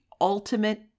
ultimate